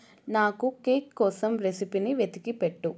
నాకు కేక్ కోసం రెసిపీని వెతికిపెట్టు